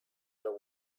are